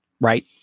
right